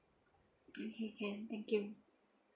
okay can thank you